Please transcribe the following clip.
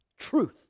truth